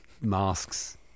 masks